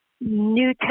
new